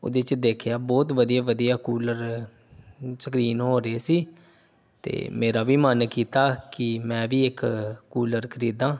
ਉਹਦੇ 'ਚ ਦੇਖਿਆ ਬਹੁਤ ਵਧੀਆ ਵਧੀਆ ਕੂਲਰ ਸਕਰੀਨ ਹੋ ਰਹੀ ਸੀ ਤਾਂ ਮੇਰਾ ਵੀ ਮਨ ਕੀਤਾ ਕਿ ਮੈਂ ਵੀ ਇੱਕ ਕੂਲਰ ਖਰੀਦਾ